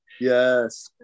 Yes